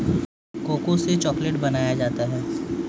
cocoa से chocolate बनाया जाता है